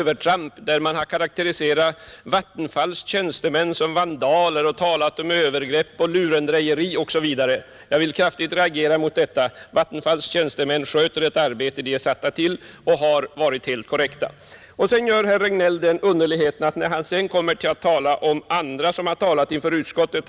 Vattenfalls tjänstemän har karakteriserats som vandaler, det har talats om övergrepp, lurendrejeri osv., och jag vill kraftigt reagera mot detta. Vattenfalls tjänstemän sköter ett arbete som de är satta till, och de har uppträtt helt korrekt. Herr Regnéll nämnde några som har talat inför utskottet.